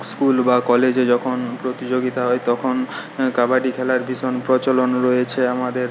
school বা কলেজে যখন প্রতিযোগিতা হয় তখন কাবাডি খেলার ভীষণ প্রচলন রয়েছে আমাদের